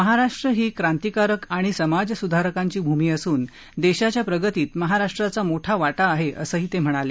महाराष्ट्र ही क्रांतीकारक आणि समाज सुधारकांची भूमी असून देशाच्या प्रगतीत महाराष्ट्राचा मोठा वाटा आहे असंही ते म्हणाले